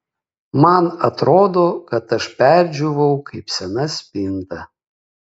man atrodo kad aš perdžiūvau kaip sena spinta